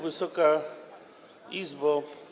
Wysoka Izbo!